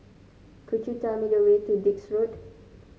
could you tell me the way to Dix Road